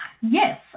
Yes